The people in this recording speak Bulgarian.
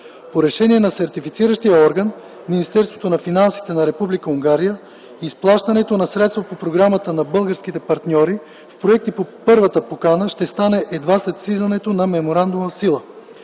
По решение на Сертифициращия орган – Министерство на финансите на Република Унгария, изплащането на средства по програмата на българските партньори в проекти по първата покана ще стане едва след влизането на Меморандума в сила,